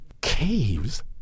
Caves